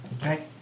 Okay